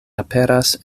aperas